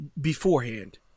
beforehand